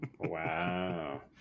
Wow